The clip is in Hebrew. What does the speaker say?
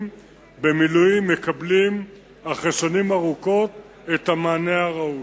במילואים מקבלים אחרי שנים ארוכות את המענה הראוי.